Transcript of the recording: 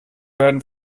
werden